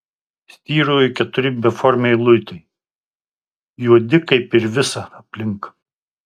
styrojo keturi beformiai luitai juodi kaip ir visa aplink